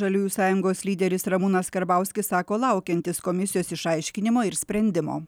žaliųjų sąjungos lyderis ramūnas karbauskis sako laukiantis komisijos išaiškinimo ir sprendimo